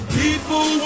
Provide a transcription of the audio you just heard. people